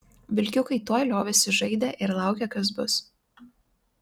vilkiukai tuoj liovėsi žaidę ir laukė kas bus